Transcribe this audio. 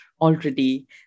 already